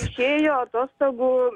išėjo atostogų